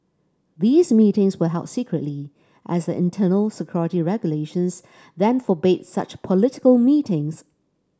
these meetings were held secretly as the internal security regulations then forbade such political meetings